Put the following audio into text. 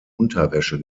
unterwäsche